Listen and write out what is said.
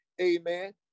Amen